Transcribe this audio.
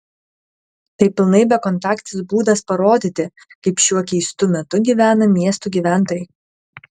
tai pilnai bekontaktis būdas parodyti kaip šiuo keistu metu gyvena miestų gyventojai